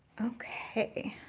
okay.